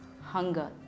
hunger